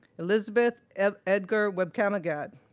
elizabeth edgar-webkamigad,